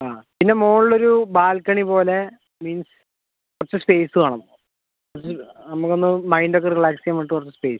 ആ പിന്നെ മുകളിൽ ഒരു ബാൽക്കണി പോലെ മീൻസ് കുറച്ച് സ്പേസ് വേണം അത് നമ്മൾക്കൊന്ന് മൈൻഡ് ഒക്കെ റിലാക്സ് ചെയ്യാൻ വേണ്ടിയിട്ട് കുറച്ച് സ്പേസ്